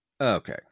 Okay